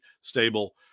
stable